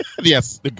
Yes